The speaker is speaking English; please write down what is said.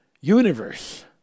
universe